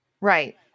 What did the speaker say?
Right